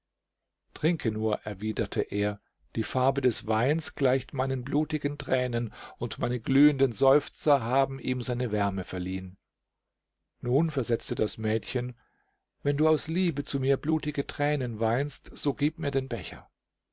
trinke nur erwiderte er die farbe des weins gleicht meinen blutigen tränen und meine glühenden seufzer haben ihm seine wärme verliehen nun versetzte das mädchen wenn du aus liebe zu mir blutige tränen weinst so gib mir den becher